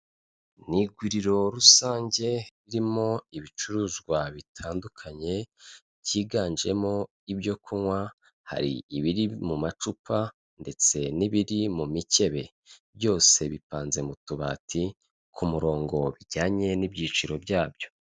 N'iguriro rusange ririmo ibicuruzwa bitandukanye byiganjemo ibyo kunywa, hari ibiri mu macupa ndetse n'ibiri mu mikebe, byose bipanze mu tubati ku murongo bijyanye n'ibyiciro byabyo.